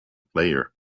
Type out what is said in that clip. player